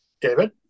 David